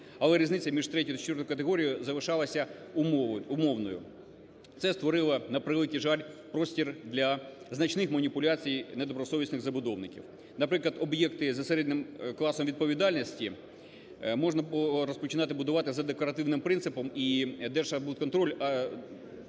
але різниці між третьою і четвертою категорією залишалася умовною Це створило, на превеликий жаль, простір для значних маніпуляцій недобросовісних забудовників, наприклад, об'єкти за середнім класом відповідальності можна було розпочинати будувати за декларативним принципом і Держархбудконтроль,